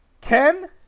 Ken